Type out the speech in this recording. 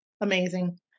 Amazing